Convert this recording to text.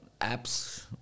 apps